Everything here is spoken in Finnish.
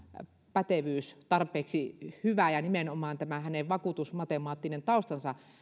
pätevyys tarpeeksi hyvä ja nimenomaan tämä hänen vakuutusmatemaattinen taustansa